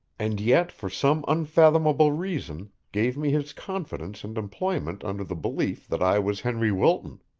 and yet for some unfathomable reason gave me his confidence and employment under the belief that i was henry wilton.